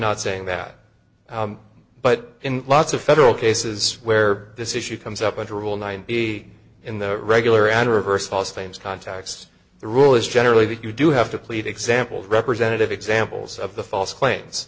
not saying that but in lots of federal cases where this issue comes up under rule nine b in the regular adverse false claims contacts the rule is generally that you do have to plead example representative examples of the false claims